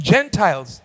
Gentiles